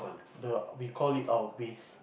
the we call it our base